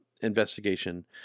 investigation